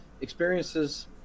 experiences